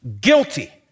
guilty